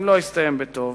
אם לא יסתיים בטוב,